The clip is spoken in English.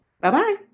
Bye-bye